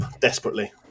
desperately